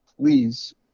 please